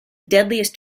deadliest